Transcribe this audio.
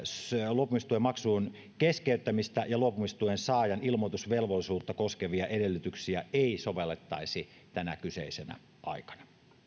luopumistuen maksun keskeyttämistä ja luopumistuen saajan ilmoitusvelvollisuutta koskevia edellytyksiä ei sovellettaisi tänä kyseisenä aikana